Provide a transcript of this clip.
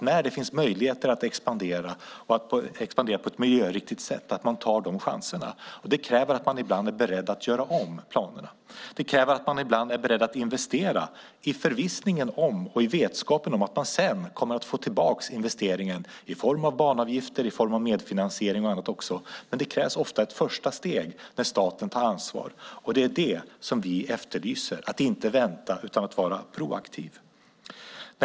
När det finns möjlighet att expandera på ett miljöriktigt sätt är det viktigt att man tar de chanserna. Det kräver att man ibland är beredd att göra om planerna. Det kräver att man ibland är beredd att investera i förvissningen om att man sedan kommer att få tillbaka investeringen i form av banavgifter, medfinansiering och annat, men det krävs ofta ett första steg där staten tar ansvar, och det är det som vi efterlyser. Man ska inte vänta utan vara proaktiv.